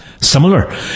Similar